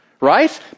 right